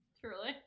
Truly